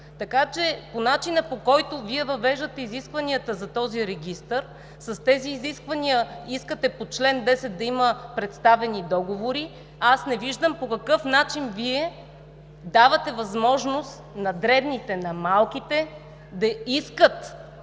Така че по начина, по който Вие въвеждате изискванията за този регистър, с тези изисквания искате по чл. 10 да има представени договори, аз не виждам Вие по какъв начин давате възможност на дребните, на малките да искат